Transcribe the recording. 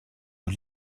aux